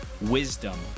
wisdom